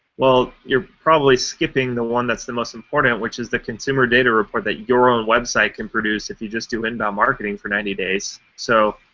well, you're probably skipping the one that's the most important, which is the consumer data report that your own website can produce if you just do inbound marketing for ninety days. so,